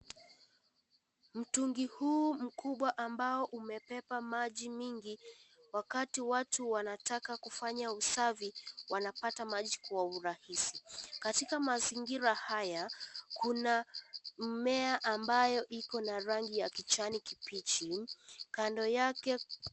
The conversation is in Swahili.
Mtungi huu mkubwa ambao umebeba maji mingi wakati watu wanataka kufanya usafi wanapata maji kwa urahisi. Katika mazingira haya kuna mmea ambayo iko na rangi ya kijani kibichi , kando yake.